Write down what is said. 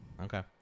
Okay